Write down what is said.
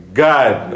god